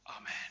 Amen